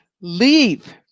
Leave